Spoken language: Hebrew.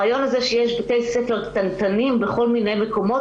הרעיון הזה שיש בתי ספר קטנטנים בכל מיני מקומות,